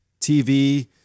TV